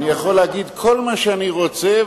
אני יכול להגיד כל מה שאני רוצה,